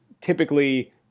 typically